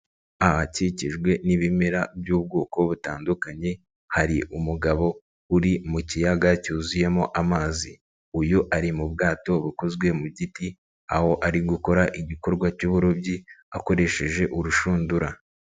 Ahakikijwe n'ibimera by'ubwoko butandukanye hari umugabo uri mu kiyaga cyuzuyemo amazi, uyu ari mu bwato bukozwe mu giti aho ari gukora igikorwa cy'uburobyi akoresheje urushundura.